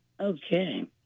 Okay